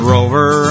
Rover